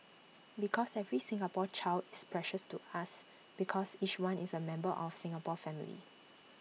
because every Singapore child is precious to us because each one is the member of Singapore family